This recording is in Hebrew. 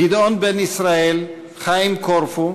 גדעון בן-ישראל, חיים קורפו,